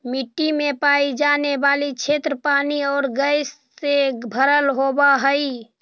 मिट्टी में पाई जाने वाली क्षेत्र पानी और गैस से भरल होवअ हई